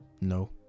No